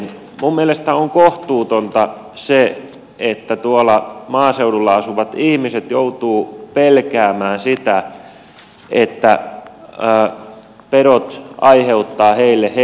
minun mielestäni on kohtuutonta se että tuolla maaseudulla asuvat ihmiset joutuvat pelkäämään sitä että pedot aiheuttavat heille hengenvaaran